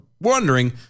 wondering